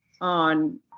on